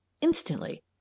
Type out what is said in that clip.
instantly